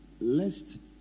lest